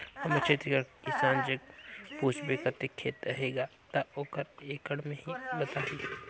हमर छत्तीसगढ़ कर किसान जग पूछबे कतेक खेत अहे गा, ता ओहर एकड़ में ही बताही